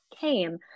came